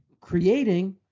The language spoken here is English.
creating